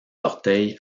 orteils